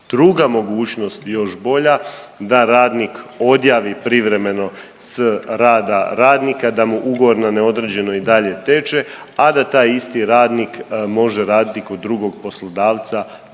Druga mogućnost, još bolja da radnik odjavi privremeno s rada radnika da mu ugovor na neodređeno i dalje teče, a da taj isti radnik može raditi kod drugog poslodavca van